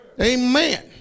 Amen